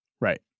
Right